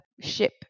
ship